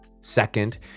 Second